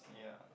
ya